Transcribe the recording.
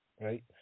right